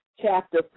Chapter